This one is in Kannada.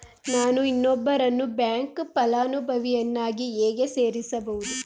ನಾನು ಇನ್ನೊಬ್ಬರನ್ನು ಬ್ಯಾಂಕ್ ಫಲಾನುಭವಿಯನ್ನಾಗಿ ಹೇಗೆ ಸೇರಿಸಬಹುದು?